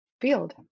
field